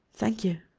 thank you.